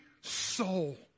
soul